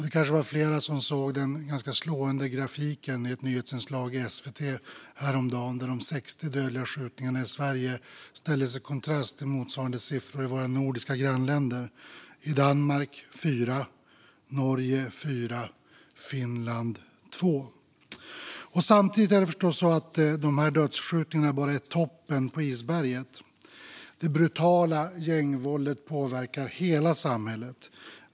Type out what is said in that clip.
Det kanske var fler som såg den ganska slående grafiken i ett nyhetsinslag i SVT häromdagen där de 60 dödliga skjutningarna i Sverige ställdes i kontrast till motsvarande siffror i våra nordiska grannländer: i Danmark 4, i Norge 4 och i Finland 2. Samtidigt är förstås dödsskjutningarna bara toppen på isberget. Det brutala gängvåldet påverkar hela samhället.